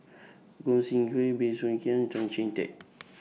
Gog Sing Hooi Bey Soo Khiang Tan Chee Teck